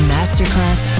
Masterclass